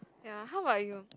ya how about you